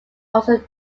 also